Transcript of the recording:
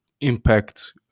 impact